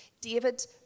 David